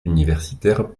universitaire